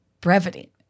brevity